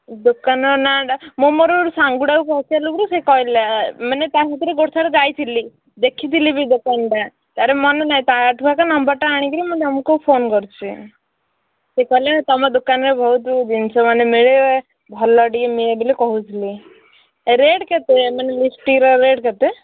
ଦୋକାନର ନାଁଟା ମୁଁ ମୋର ସାଙ୍ଗଟାକୁ ପଚାରଲାକୁରୁ ସେ କହିଲା ମାନେ ତାସହିତରେ ଗୋଟେ ଥର ଯାଇଥିଲି ଦେଖିଥିଲି ବି ଦୋକାନଟା ତା'ର ମନେ ନାହିଁ ତାଠୁ ଆକା ନମ୍ବରଟା ଆଣିକିରି ମୁଁ ତୁମକୁ ଫୋନ୍ କରୁଛି ସେ କହିଲା ତୁମ ଦୋକାନରେ ବହୁତ ଜିନିଷମାନେ ମିଳେ ଭଲ ଟିକେ ମିଳେ ବୋଲି କହୁଥିଲେ ରେଟ୍ କେତେ ମାନେ ଲିପଷ୍ଟିକର ରେଟ୍ କେତେ